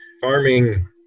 farming